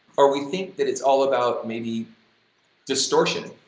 or we think that it's all about maybe distortion,